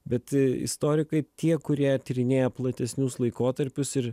bet istorikai tie kurie tyrinėja platesnius laikotarpius ir